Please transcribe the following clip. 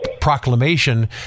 proclamation